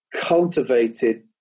cultivated